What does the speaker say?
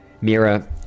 Mira